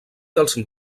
dels